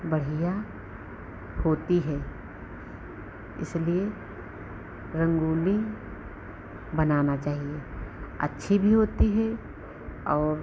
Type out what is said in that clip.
बढ़िया होती है इसलिए रंगोली बनाना चाहिए अच्छी भी होती है और